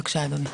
בבקשה, אדוני.